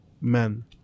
men